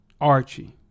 Archie